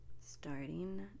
Starting